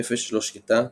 נפש לא שקטה,